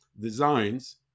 designs